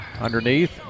Underneath